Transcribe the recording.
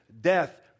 death